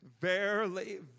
verily